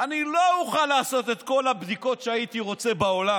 "אני לא אוכל לעשות את כל הבדיקות שהייתי רוצה בעולם.